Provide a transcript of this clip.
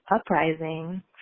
uprising